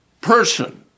person